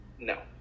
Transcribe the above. No